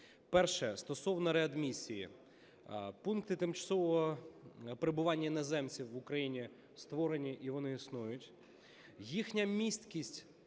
Перше: стосовно реадмісії. Пункти тимчасового прибування іноземців в Україні створені, і вони існують. Їхня місткість,